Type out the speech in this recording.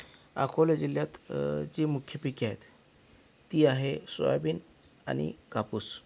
अकोला जिल्ह्यात जी मुख्य पीके आहेत ती आहे सोयाबीन आणि कापूस